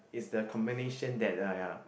is the combination that ah ya